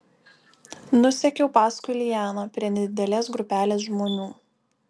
nusekiau paskui lianą prie nedidelės grupelės žmonių